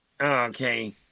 okay